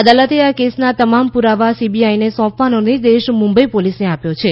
અદાલતે આ કેસના તમામ પુરાવા સીબીઆઈને સોંપવાનો નિર્દેશ મુંબઈ પોલીસને આપ્યો છે